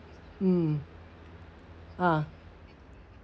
mm ah